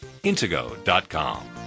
intego.com